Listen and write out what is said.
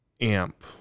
amp